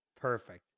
perfect